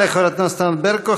תודה לחברת הכנסת ענת ברקו.